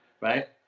right